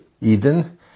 Eden